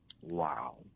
wow